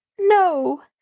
No